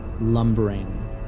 lumbering